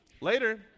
Later